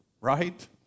right